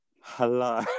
Hello